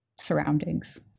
surroundings